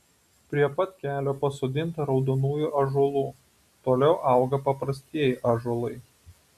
prie pat kelio pasodinta raudonųjų ąžuolų toliau auga paprastieji ąžuolai